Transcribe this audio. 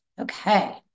Okay